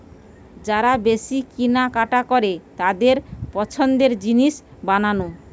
যারা বেশি কিনা কাটা করে তাদের পছন্দের জিনিস বানানো